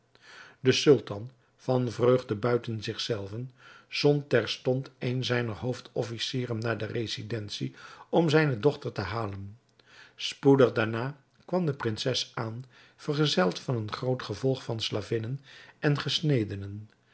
de sultan van vreugde buiten zich zelven zond terstond een zijner hoofdofficieren naar de residentie om zijne dochter te halen spoedig daarna kwam de prinses aan vergezeld van een groot gevolg van slavinnen en gesnedenen